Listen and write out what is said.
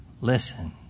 Listen